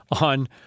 on